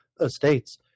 estates